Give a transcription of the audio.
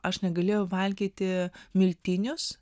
aš negalėjau valgyti miltinius